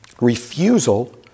refusal